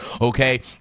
okay